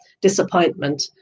disappointment